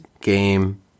game